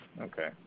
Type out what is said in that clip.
Okay